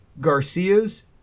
garcias